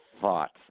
thought